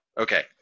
Okay